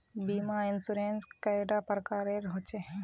बीमा इंश्योरेंस कैडा प्रकारेर रेर होचे